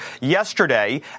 yesterday